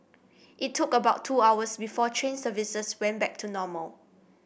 it took about two hours before train services went back to normal